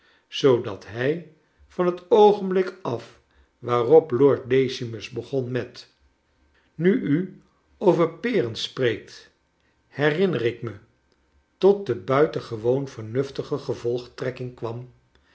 zoodat hij van het oogenblik af waarop lord decimus begon met nu u over peren spreekt herinner ik me tot de buitengewoan vernuf tige gevolgtrekking kwam